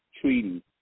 treaty